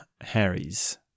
Harry's